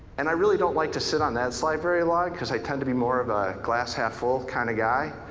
and i really don't like to sit on that slide very long cause i tend to be more of a glass half-full kind of guy.